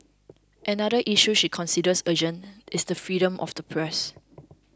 another issue she considers urgent is the freedom of the press